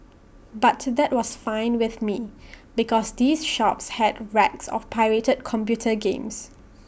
but that was fine with me because these shops had racks of pirated computer games